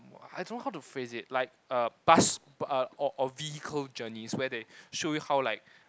I don't know how to phrase it like a bus or or vehicle journeys where they show you how like